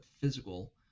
physical